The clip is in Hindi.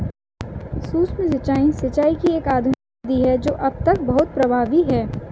सूक्ष्म सिंचाई, सिंचाई की एक आधुनिक विधि है जो अब तक बहुत प्रभावी है